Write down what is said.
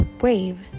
wave